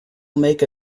make